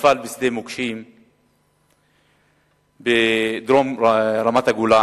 נפל בשדה מוקשים בדרום רמת-הגולן.